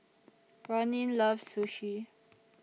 Ronin loves Sushi